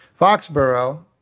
Foxborough